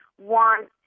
want